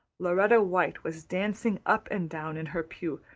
lauretta white was dancing up and down in her pew,